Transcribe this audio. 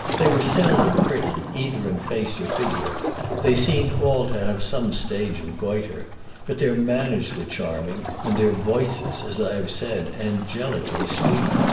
they were seldom pretty either in face or figure they seemed all to have some stage of goitre but their manners were charming, and their voices, as i have said, angelically sweet.